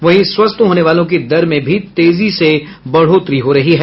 वहीं स्वस्थ होने वालों की दर में भी तेजी से बढ़ोतरी हो रही है